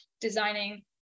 designing